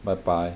bye bye